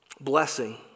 Blessing